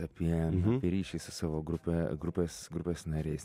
apie ryšį su savo grupe grupės grupės nariais